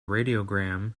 radiogram